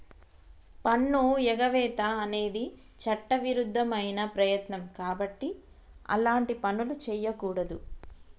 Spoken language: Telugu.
పన్నుఎగవేత అనేది చట్టవిరుద్ధమైన ప్రయత్నం కాబట్టి అలాంటి పనులు చెయ్యకూడదు